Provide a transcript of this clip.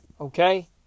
okay